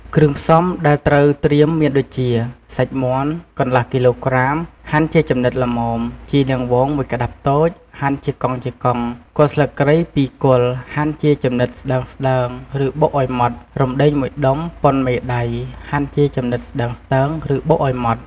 គ្រឿងផ្សំដែលត្រូវត្រៀមមានដូចជា សាច់មាន់ កន្លះគីឡូក្រាម ហាន់ជាចំណិតល្មម ជីនាងវង ១ ក្តាប់តូច ហាន់ជាកង់ៗ គល់ស្លឹកគ្រៃ ២ គល់ ហាន់ជាចំណិតស្តើងៗ ឬបុកឱ្យម៉ដ្ឋ រំដេង ១ ដុំប៉ុនមេដៃ ហាន់ជាចំណិតស្តើងៗ ឬបុកឱ្យម៉ដ្ឋ។